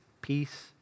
peace